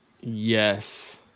Yes